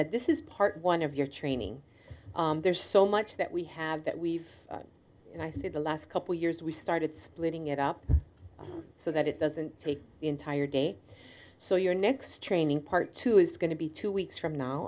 that this is part one of your training there's so much that we have that we've and i say the last couple years we started splitting it up so that it doesn't take the entire day so your next training part two is going to be two weeks from now